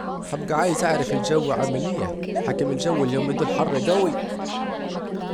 هبجى عايز اعرف الجو عامل ايه، حكم اليومين دول الجو حر جوي